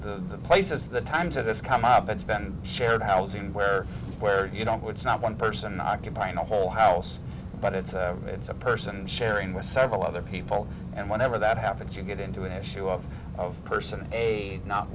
the places the times that it's come up it's been shared housing where where you don't which is not one person occupying a whole house but it's it's a person sharing with several other people and whenever that happens you get into an issue of of person a not